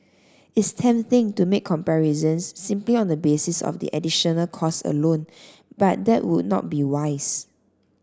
it's tempting to make comparisons simply on the basis of the additional cost alone but that would not be wise